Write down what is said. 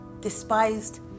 despised